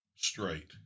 Straight